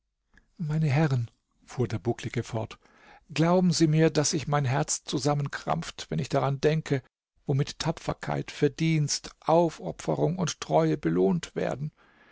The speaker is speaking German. meine herren fuhr der bucklige fort glauben sie mir daß sich mein herz zusammenkrampft wenn ich daran denke womit tapferkeit verdienst aufopferung und treue belohnt werden